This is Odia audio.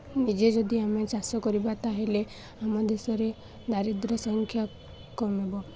ନିଜେ ଯଦି ଆମେ ଚାଷ କରିବା ତା'ହେଲେ ଆମ ଦେଶରେ ଦାରିଦ୍ର୍ୟ ସଂଖ୍ୟା କମିବ